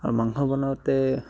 আৰু মাংস বনাওঁতে